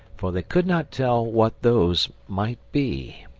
for they could not tell what those might be.